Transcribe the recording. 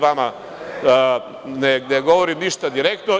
Vama ne govorim ništa direktno.